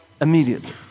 immediately